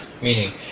meaning